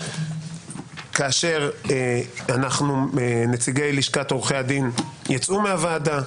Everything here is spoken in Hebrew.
כאשר נציגי לשכת עורכי הדין יצאו מהוועדה.